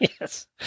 Yes